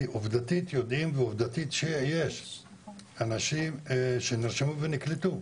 כי עובדתית יודעים ועובדתית יש אנשים שנרשמו ונקלטו,